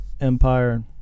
Empire